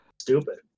Stupid